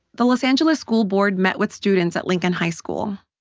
the los angeles school board met with students at lincoln high school.